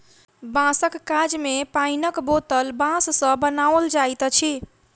बाँसक काज मे पाइनक बोतल बाँस सॅ बनाओल जाइत अछि